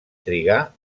trigar